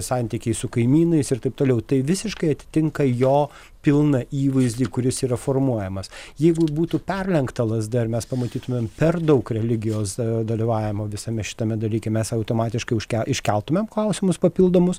santykiai su kaimynais ir taip toliau tai visiškai atitinka jo pilną įvaizdį kuris yra formuojamas jeigu būtų perlenkta lazda ir mes pamatytumėm per daug religijos dalyvavimo visame šitame dalyke mes automatiškai užkel iškeltumėm klausimus papildomus